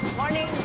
morning!